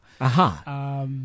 Aha